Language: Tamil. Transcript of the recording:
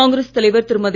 காங்கிரஸ் தலைவர் திருமதி